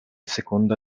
seconda